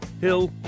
Hill